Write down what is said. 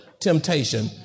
Temptation